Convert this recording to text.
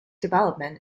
development